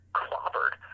clobbered